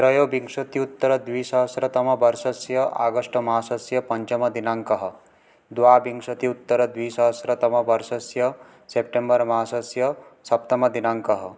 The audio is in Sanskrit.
त्रयोविंशत्युत्तरद्विसहस्रतमवर्षस्य आगष्ट् मासस्य पञ्चमदिनाङ्कः द्वाविंशति उत्तर द्विसहस्र तम वर्षस्य सेप्टेम्बर् मासस्य सप्तमदिनाङ्कः